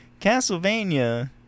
Castlevania